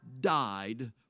died